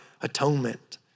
atonement